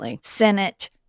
Senate